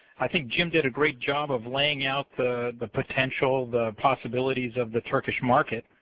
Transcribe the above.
i think jim did a great job of laying out the the potential, the possibilities of the turkish market.